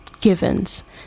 givens